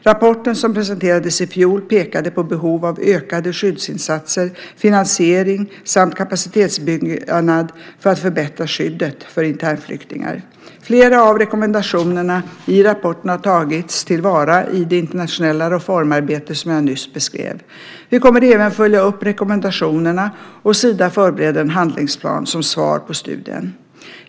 Rapporten som presenterades i fjol pekade på behov av ökade skyddsinsatser, finansiering samt kapacitetsuppbyggnad för att förbättra skyddet för internflyktingar. Flera av rekommendationerna i rapporten har tagits till vara i det internationella reformarbete som jag nyss beskrev. Vi kommer även att följa upp rekommendationerna, och Sida förbereder en handlingsplan som svar på studien.